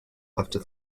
after